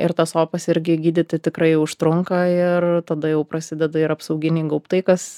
ir tas opas irgi gydyti tikrai užtrunka ir tada jau prasideda ir apsauginiai gaubtai kas